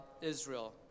Israel